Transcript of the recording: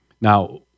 Now